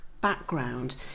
background